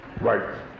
Right